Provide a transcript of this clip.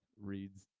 reads